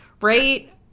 right